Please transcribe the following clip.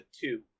two